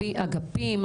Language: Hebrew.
אגפים,